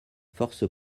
force